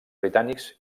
britànics